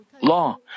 law